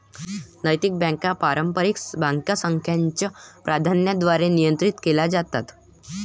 नैतिक बँका पारंपारिक बँकांसारख्याच प्राधिकरणांद्वारे नियंत्रित केल्या जातात